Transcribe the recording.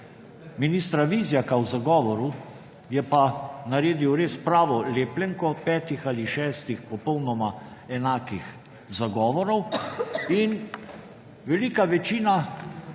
ministra Vizjaka v zagovoru, je pa naredil res pravo lepljenko petih ali šestih popolnoma enakih zagovorov in velika večina